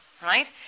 Right